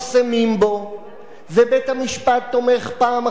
ובית-המשפט תומך פעם אחרי פעם בכרסום הזה,